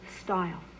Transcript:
style